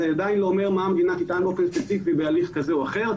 זה עדיין לא אומר מה המדינה תטען באופן ספציפי בהליך כזה או אחר.